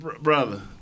Brother